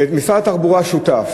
משרד התחבורה שותף